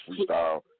freestyle